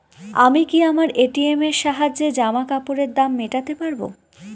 আমি কি আমার এ.টি.এম এর সাহায্যে জামাকাপরের দাম মেটাতে পারব?